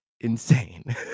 insane